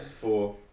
Four